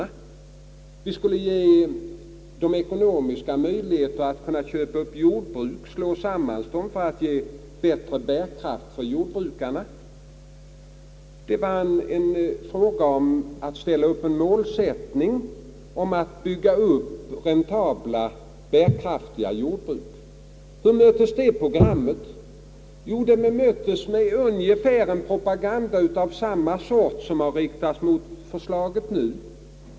Dessa skulle få ekonomiska möjligheter att köpa upp jordbruk och slå samman fastigheter till bättre bärkraft för jordbrukarna. Det var en fråga om att ställa upp en målsättning, om att bygga upp räntabla, bärkraftiga jordbruk. Hur möttes det programmet? Jo, det bemöttes med en propaganda av ungefär samma sort som har riktats mot förslaget nu.